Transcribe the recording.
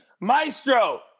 Maestro